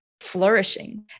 flourishing